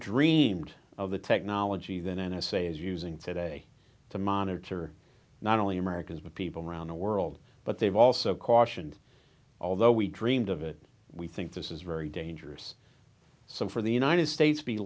dreamed of the technology that n s a is using today to monitor not only americans but people around the world but they've also cautioned although we dreamed of it we think this is very dangerous so for the united states be